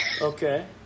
Okay